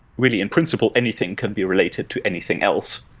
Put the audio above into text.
really, in principle, anything can be related to anything else,